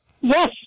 Yes